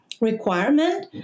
requirement